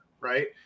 Right